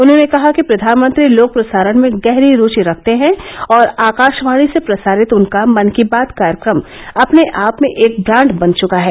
उन्होंने कहा कि प्रधानमंत्री लोक प्रसारण में गहरी रुचि रखते हैं और आकाशवाणी से प्रसारित उनका मन की बात कार्यक्रम अपने आप में एक ब्रांड बन चुका है